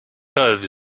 cove